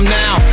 now